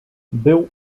był